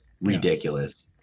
ridiculous